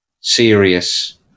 serious